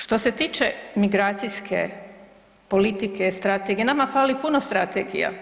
Što se tiče migracijske politike, strategije nama fali puno strategija.